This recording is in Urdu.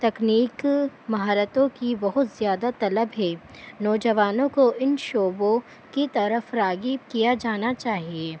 تکنیک مہارتوں کی بہت زیادہ طلب ہے نوجوانوں کو ان شعبوں کی طرف راغب کیا جانا چاہیے